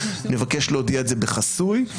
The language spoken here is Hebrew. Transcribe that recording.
נבקש להודיע את זה בחסוי.